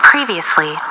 previously